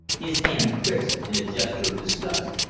his hand crisped in a gesture of disgust.